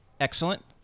Excellent